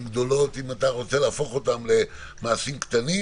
גדולות אם אתה רוצה להפוך אותם למעשים קטנים,